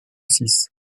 six